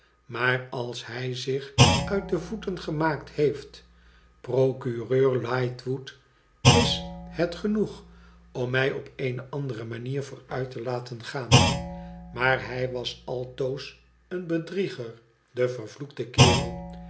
maar als hij zich uit de voeten gemaakt heeft procureur lightwood is het genoeg om mij op eene andere manier vooruit te laten gaan maar hij was altoos een bedrieger de vervloekte kerel